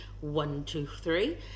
one-two-three